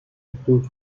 youtube